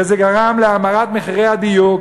וזה גרם להאמרת מחירי הדיור,